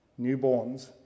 newborns